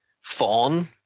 fawn